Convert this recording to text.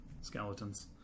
skeletons